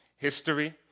history